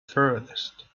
furthest